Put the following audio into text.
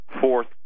fourth